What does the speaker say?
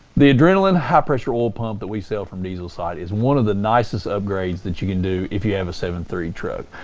the adrenaline high pressure oil pump that we sell from diesel site is one of the nicest upgrades that you can do if you have a seven three truck.